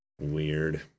Weird